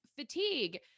fatigue